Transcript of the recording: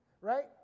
right